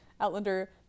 Outlander